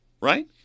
right